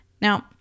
Now